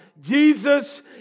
Jesus